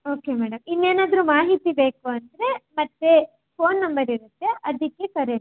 okay madam ಇನ್ನೇನಾದರೂ ಮಾಹಿತಿ ಬೇಕು ಅಂದರೆ ಮತ್ತೆ ಫೋನ್ ನಂಬರ್ ಇರತ್ತೆ ಅದಕ್ಕೆ ಕರೆ ಮಾಡಿ